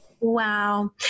Wow